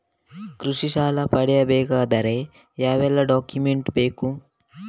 ಕೃಷಿ ಸಾಲ ಪಡೆಯಬೇಕಾದರೆ ಯಾವೆಲ್ಲ ಡಾಕ್ಯುಮೆಂಟ್ ಬೇಕು?